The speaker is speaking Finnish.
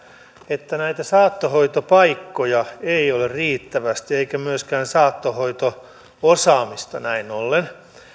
että saattohoitopaikkoja ei ole riittävästi eikä myöskään saattohoito osaamista näin ollen